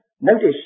notice